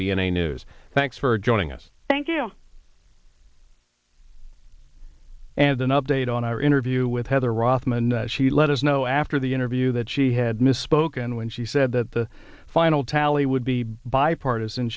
b n a news thanks for joining us thank you and an update on our interview with heather rothman she let us know after the interview that she had misspoken when she said that the final tally would be bipartisan